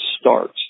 start